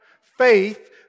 Faith